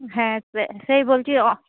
হ্যাঁ সে সেই বলছি অ